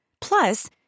Plus